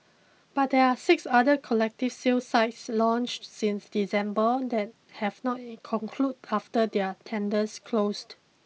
but there are six other collective sale sites launched since December that have not concluded after their tenders closed